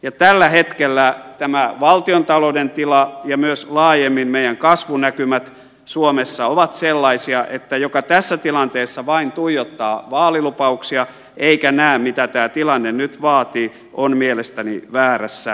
ja tällä hetkellä tämä valtiontalouden tila ja myös laajemmin meidän kasvunäkymämme suomessa ovat sellaisia että joka tässä tilanteessa vain tuijottaa vaalilupauksia eikä näe mitä tämä tilanne nyt vaatii on mielestäni väärässä